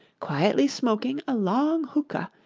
quietly smoking a long hookah,